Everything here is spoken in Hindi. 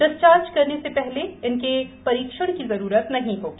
डिस्चार्ज करने से पहले इनके परीक्षण की जरूरत नहीं होगी